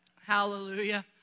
Hallelujah